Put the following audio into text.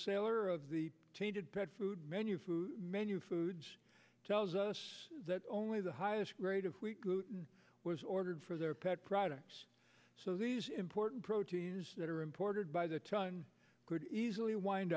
sailor of the pet food menu foods menu foods tells us that only the highest grade of wheat gluten was ordered for their pet products so these important proteins that are imported by the time could easily wind